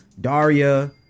Daria